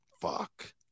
fuck